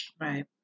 Right